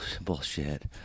bullshit